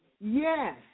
Yes